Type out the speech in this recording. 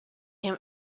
him